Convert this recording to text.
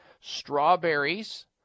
strawberries